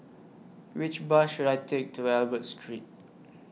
Which Bus should I Take to Albert Street